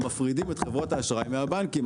מפרידים את חברות האשראי מהבנקים,